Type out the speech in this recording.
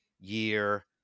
year